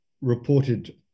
reported